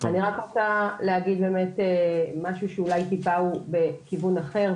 אני רק רוצה להגיד באמת משהו שאולי טיפה בכיוון אחר,